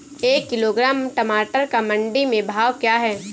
एक किलोग्राम टमाटर का मंडी में भाव क्या है?